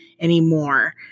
anymore